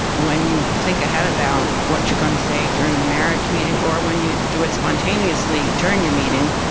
when you think ahead about what you're gonna say during the marriage meeting, or when you do it spontaneously during your meeting,